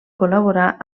col·laborà